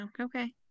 Okay